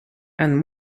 and